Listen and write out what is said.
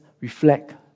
reflect